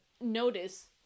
notice